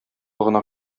гына